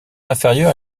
inférieure